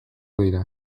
dira